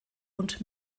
und